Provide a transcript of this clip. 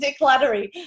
decluttery